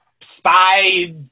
spy